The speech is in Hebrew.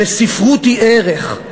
וספרות היא ערך,